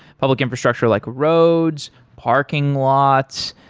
public infrastructure like roads, parking lots,